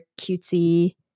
cutesy